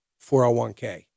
401K